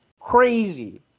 crazy